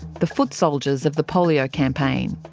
the foot soldiers of the polio campaign.